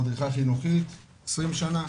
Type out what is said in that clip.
מדריכה חינוכית עשרים שנה,